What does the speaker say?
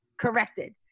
corrected